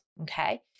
okay